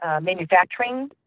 manufacturing